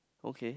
okay